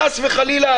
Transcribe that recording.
חס וחלילה,